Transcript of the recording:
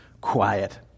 quiet